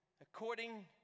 according